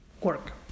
work